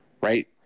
right